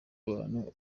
abantu